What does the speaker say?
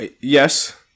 Yes